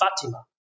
Fatima